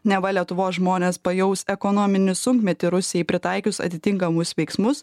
neva lietuvos žmonės pajaus ekonominį sunkmetį rusijai pritaikius atitinkamus veiksmus